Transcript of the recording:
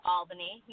Albany